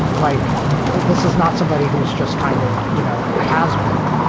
like this is not somebody who's just kind of, you know, a has-been.